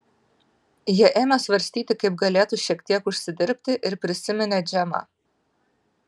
jie ėmė svarstyti kaip galėtų šiek tiek užsidirbti ir prisiminė džemą